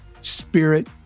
spirit